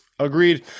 Agreed